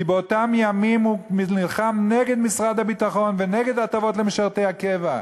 כי באותם ימים הוא נלחם נגד משרד הביטחון ונגד הטבות למשרתי הקבע.